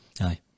Aye